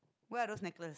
where are those necklace